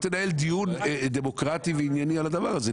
לא תנהל דיון דמוקרטי וענייני על הדבר הזה.